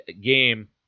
game